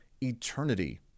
eternity